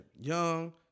young